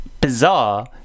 bizarre